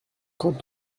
quand